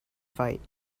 fight